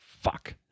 fuck